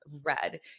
red